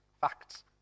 facts